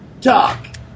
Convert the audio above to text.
talk